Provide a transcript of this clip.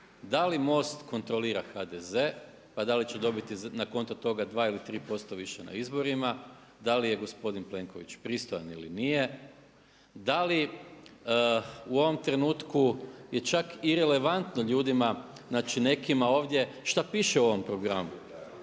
Da li MOST kontrolira HDZ pa da li će dobiti na konto toga dva ili tri posto više na izborima, da li je gospodin Plenković pristojan ili nije, da li u ovom trenutku je čak irelevantno ljudima nekima ovdje šta piše u ovom programu.